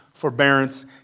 forbearance